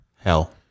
Hell